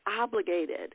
obligated